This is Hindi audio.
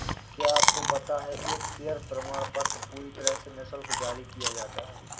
क्या आपको पता है एक शेयर प्रमाणपत्र पूरी तरह से निशुल्क जारी किया जाता है?